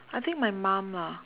I think my mom lah